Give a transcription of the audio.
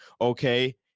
okay